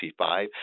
C5